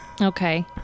okay